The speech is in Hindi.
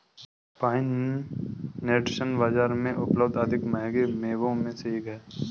पाइन नट्स बाजार में उपलब्ध अधिक महंगे मेवों में से एक हैं